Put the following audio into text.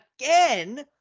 again